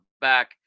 back